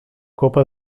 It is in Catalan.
copa